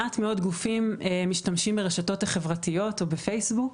מעט מאוד גופים משתמשים ברשתות החברתיות או בפייסבוק.